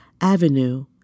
Avenue